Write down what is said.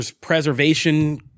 preservation